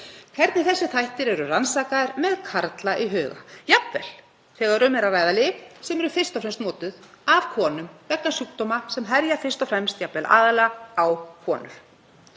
hvernig þessir þættir eru rannsakaðir með karla í huga jafnvel þegar um er að ræða lyf sem eru fyrst og fremst notuð af konum og vegna sjúkdóma sem herja fyrst og fremst og jafnvel aðallega á konur.